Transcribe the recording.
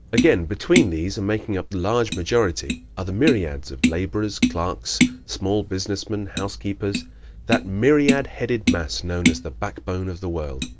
again, between these, and making up the large majority, are the myriads of laborers, clerks, small business men, housekeepers that myriad-headed mass known as the back bone of the world.